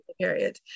period